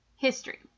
History